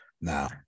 Now